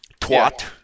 Twat